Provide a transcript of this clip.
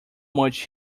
much